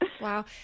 Wow